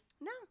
No